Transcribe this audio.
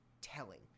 telling